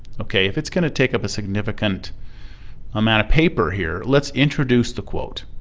o k. if it's going to take up a significant amount of paper here, let's introduce the quote.